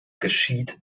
geschieht